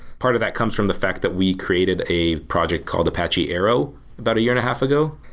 part of that comes from the fact that we created a project called apache arrow about a year and a half ago,